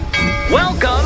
Welcome